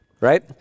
right